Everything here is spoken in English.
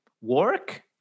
work